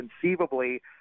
conceivably